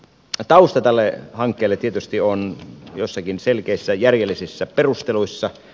tausta tälle hankkeelle tietysti on joissakin selkeissä järjellisissä perusteluissa